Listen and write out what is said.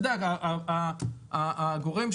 אגב,